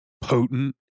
potent